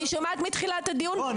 אני שומעת מתחילת הדיון --- לא,